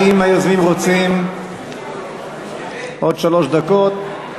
האם היוזמים רוצים, עוד שלוש דקות.